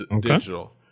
digital